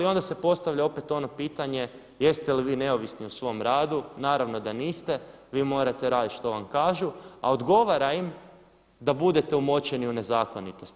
I onda se postavlja opet ono pitanje jeste li vi neovisni u svom radu, naravno da niste, vi morate raditi što vam kažu a odgovaram im da budete umočeni u nezakonitosti.